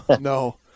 No